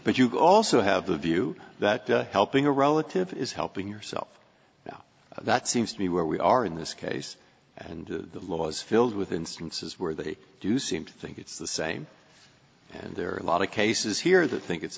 but you also have the view that helping a relative is helping yourself that seems to be where we are in this case and the law is filled with instances where they do seem to think it's the same and there are a lot of cases here that think it's